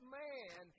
man